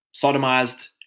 sodomized